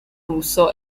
russo